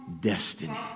destiny